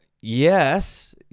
yes